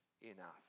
enough